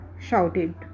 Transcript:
shouted